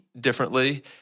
differently